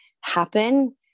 happen